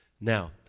Now